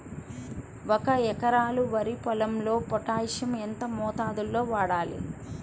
ఒక ఎకరా వరి పొలంలో పోటాషియం ఎంత మోతాదులో వాడాలి?